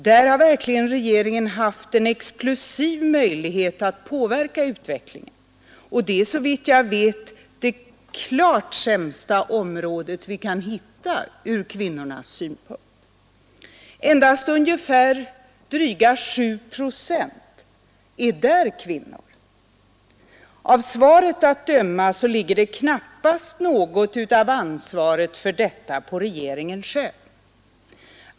Där har verkligen regeringen haft en exklusiv möjlighet att påverka utvecklingen, och det är såvitt jag vet det klart sämsta område vi kan hitta ur kvinnornas synpunkt. Endast ungefär dryga 7 procent är där kvinnor. Av svaret att döma ligger knappast något av ansvaret för detta på regeringen själv.